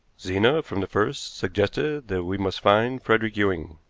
zena from the first suggested that we must find frederick ewing,